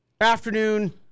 afternoon